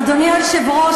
אדוני היושב-ראש,